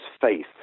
faith